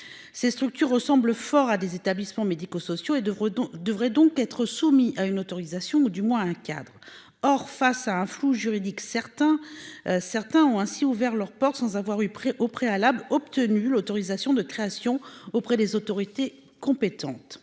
Ces structures ressemblent fort à des établissements médico-sociaux et de Redon devrait donc être soumis à une autorisation ou du moins un cadre or face à un flou juridique certains certains ont ainsi ouvert leurs portes sans avoir eu près au préalable obtenu l'autorisation de création auprès des autorités compétentes.